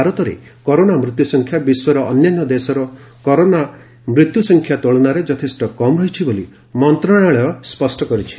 ଭାରତରେ କରୋନା ମୃତ୍ୟୁ ସଂଖ୍ୟା ବିଶ୍ୱର ଅନ୍ୟାନ୍ୟ ଦେଶର କରୋନା ମୃତ୍ୟୁ ସଂଖ୍ୟା ତୁଳନାରେ ଯଥେଷ୍ଟ କମ୍ ରହିଛି ବୋଲି ମନ୍ତ୍ରଣାଳୟ କହିଛି